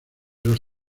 los